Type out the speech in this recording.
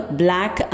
black